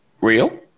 real